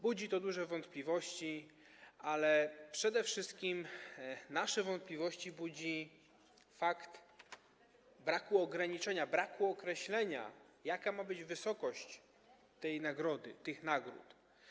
Budzi to duże wątpliwości, ale przede wszystkim nasze wątpliwości budzi brak ograniczenia, brak określenia, jaka ma być wysokość tych nagród.